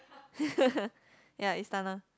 ya Istana